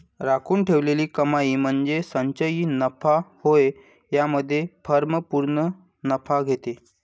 राखून ठेवलेली कमाई म्हणजे संचयी नफा होय यामध्ये फर्म पूर्ण नफा घेते